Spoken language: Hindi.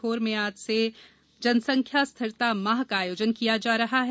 सीहोर में आज से जिले में जनसंख्या स्थिरता माह का आयोजन किया जा रहा है